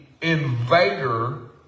invader